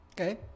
okay